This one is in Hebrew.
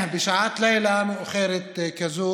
בשעת לילה מאוחרת כזאת